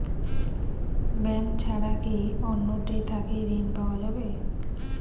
Bank ছাড়া কি অন্য টে থাকি ঋণ পাওয়া যাবে?